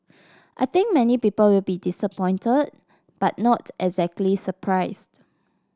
I think many people will be disappointed but not exactly surprised